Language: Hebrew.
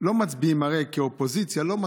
הרי היום אנחנו לא מצביעים כאופוזיציה בוועדות,